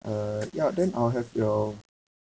uh ya then I'll have your